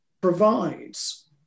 provides